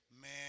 Man